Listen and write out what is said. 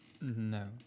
No